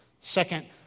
Second